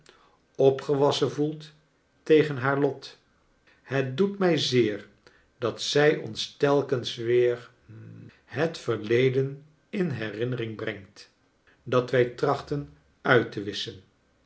opgewassen voelt tegen haar lot het doet mij zeer dat zij ons telkens weer hm het verleden in herinnering brengt dat wij trachten uit te wisschen